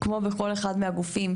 כמו בכל אחד מהגופים,